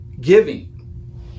giving